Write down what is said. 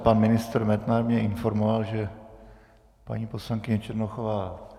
Pan ministr Metnar mě informoval, že paní poslankyně Černochová...